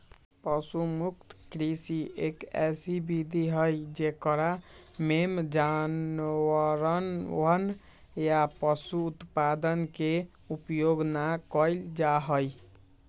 पशु मुक्त कृषि, एक ऐसी विधि हई जेकरा में जानवरवन या पशु उत्पादन के उपयोग ना कइल जाहई